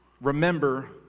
Remember